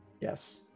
Yes